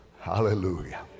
hallelujah